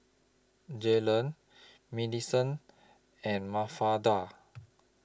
Jaylen Maddison and Mafalda